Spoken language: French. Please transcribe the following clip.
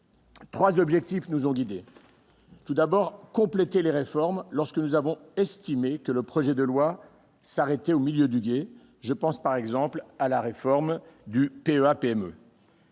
Trois objectifs nous ont guidés : compléter les réformes, lorsque nous avons estimé que le projet de loi « s'arrêtait au milieu du gué »- je pense par exemple à la réforme du PEA-PME